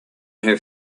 her